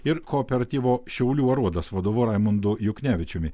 ir kooperatyvo šiaulių aruodas vadovu raimundu juknevičiumi